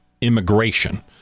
immigration